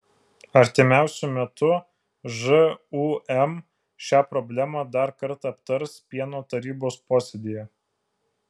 artimiausiu metu žūm šią problemą dar kartą aptars pieno tarybos posėdyje